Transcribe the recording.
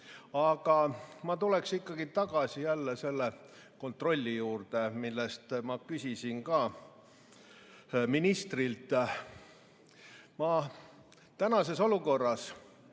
Aga ma tuleksin ikkagi tagasi selle kontrolli juurde, mille kohta ma küsisin ka ministrilt. Tänases olukorras,